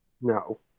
No